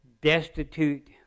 destitute